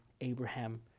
Abraham